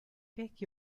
take